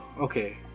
Okay